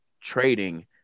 trading